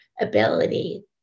ability